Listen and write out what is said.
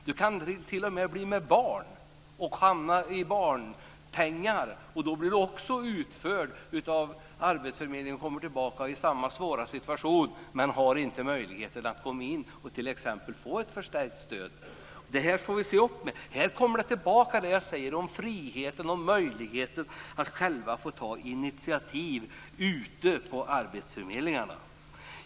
Man kan t.o.m. bli med barn och få barnpenning och då också bli utförd av arbetsförmedlingen. När man kommer tillbaka och är i samma svåra situation har man inte möjlighet att t.ex. få ett förstärkt stöd. Det här får vi se upp med. Här kommer jag tillbaka till det jag säger om friheten och möjligheten att själv få ta initiativ ute på arbetsförmedlingarna.